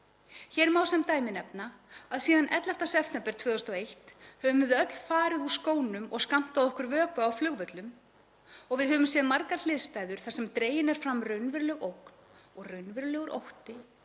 Hér má sem dæmi nefna að síðan 11. september 2001 höfum við öll farið úr skónum og skammtað okkur vökva á flugvöllum og við höfum séð margar hliðstæður þar sem dregin er fram raunveruleg ógn og raunverulegur ótti